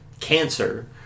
cancer